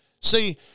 See